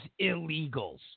illegals